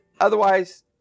otherwise